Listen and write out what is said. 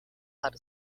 para